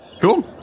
Cool